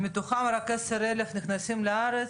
מתוכם רק 10,000 נכנסים לארץ?